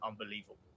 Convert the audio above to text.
unbelievable